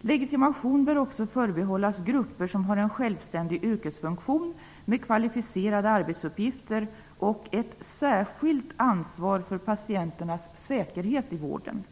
Legitimation bör också förbehållas grupper som har en självständig yrkesfunktion med kvalificerade arbetsuppgifter och ett särskilt ansvar för patienternas säkerhet i vården.